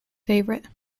favourite